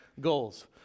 goals